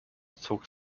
zog